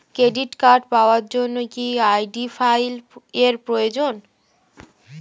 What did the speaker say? Credit card পাওয়ার জন্য কি আই.ডি ফাইল এর প্রয়োজন?